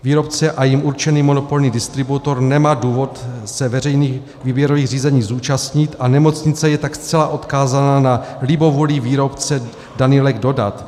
Výrobce a jím určený monopolní distributor nemá důvod se veřejných výběrových řízení zúčastnit, a nemocnice je tak zcela odkázána na libovůli výrobce daný lék dodat.